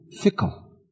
fickle